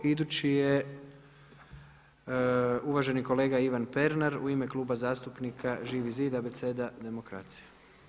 Idući je uvaženi kolega Ivan Pernar u ime Kluba zastupnika Živi zid Abeceda demokracije.